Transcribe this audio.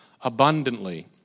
abundantly